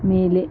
ಮೇಲೆ